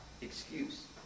excuse